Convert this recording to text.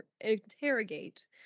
interrogate